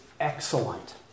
excellent